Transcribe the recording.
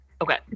Okay